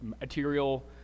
material